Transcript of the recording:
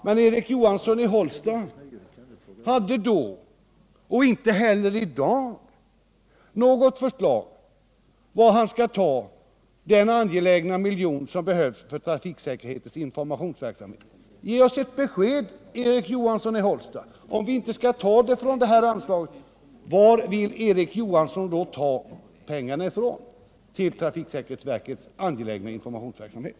Men Erik Johansson i Hållsta hade inte då och har inte heller i dag något förslag på varifrån man skall ta den angelägna miljon som behövs för trafiksäkerhetsverkets informationsverksamhet. Ge oss ett besked, Erik Johansson i Hållsta! Om man inte skall ta pengarna från detta anslag, varifrån vill Erik Johansson då ta pengarna till trafiksäkerhetsverkets angelägna informationsverksamhet?